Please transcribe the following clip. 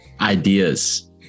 ideas